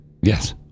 Yes